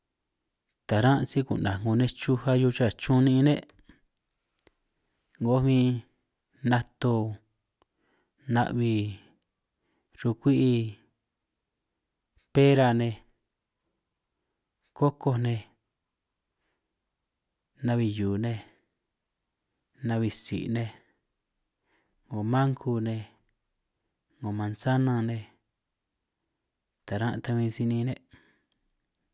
Taran' si ku'naj 'ngo nej chuj ahiu cha chun ni'in ne', ngoj bin nato, na'bi, chrukui'i, pera nej, kokoj nej, na'bi hiu nej, na'bi tsi nej, 'ngo manku nej 'ngo manzana nej, taran tan bin si ni'in ne'.